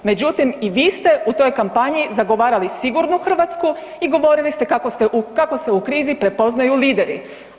Međutim, i vi ste u toj kampanji zagovarali sigurnu Hrvatsku i govorili ste kako se u krizi prepoznaju lideri.